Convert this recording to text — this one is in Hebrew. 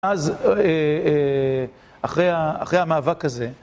אז אחרי המאבק הזה